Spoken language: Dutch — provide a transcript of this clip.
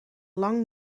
lang